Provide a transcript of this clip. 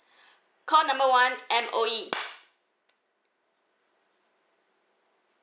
call number one M_O_E